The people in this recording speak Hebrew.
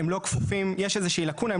יש איזושהי לקונה,